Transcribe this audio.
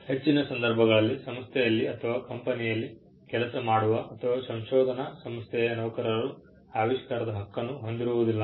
ಹೆಚ್ಚಿನ ಸಂದರ್ಭಗಳಲ್ಲಿ ಸಂಸ್ಥೆಯಲ್ಲಿ ಅಥವಾ ಕಂಪನಿಯಲ್ಲಿ ಕೆಲಸ ಮಾಡುವ ಅಥವಾ ಸಂಶೋಧನಾ ಸಂಸ್ಥೆಯ ನೌಕರರು ಆವಿಷ್ಕಾರದ ಹಕ್ಕನ್ನು ಹೊಂದಿರುವುದಿಲ್ಲ